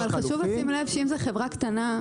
חלופי -- חשוב לשים לב שאם זו חברה קטנה,